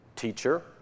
teacher